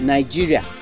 Nigeria